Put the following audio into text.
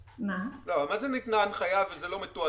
לא, מה זה ניתנה הנחיה וזה לא מתועדף?